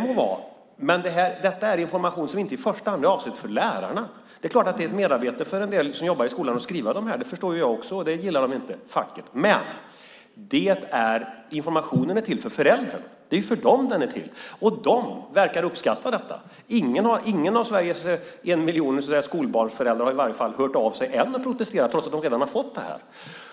må vara, men detta är information som inte i första hand är till för lärarna. Det är klart att det är ett merarbete för en del som arbetar i skolan att skriva detta - det förstår jag också - och det gillar inte facket. Men informationen är till för föräldrarna. Och de verkar uppskatta detta. Ingen av Sveriges en miljon skolbarnsföräldrar har ännu hört av sig och protesterat trots att de redan har fått detta.